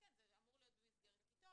זה אמור להיות במסגרת כיתות,